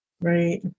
Right